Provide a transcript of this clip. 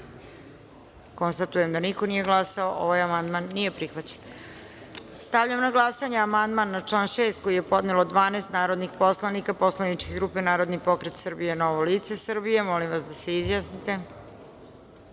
konstatujem da niko nije glasao. Amandman nije prihvaćen. Stavljam na glasanje amandman na član 3. koji je podnelo 12 narodnih poslanika poslaničke grupe Narodni pokret Srbije – Novo lice Srbije. Molim vas da se